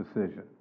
decision